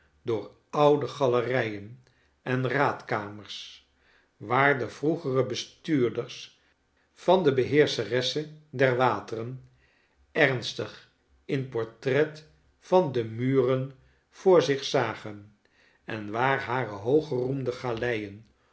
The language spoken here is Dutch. door oude galerijen en raadkamers waar de vroegere bestuurders van de beheerscheresse der wateren ernstig in portret van de muren voor zich zagen en waar hare hooggeroemde galeien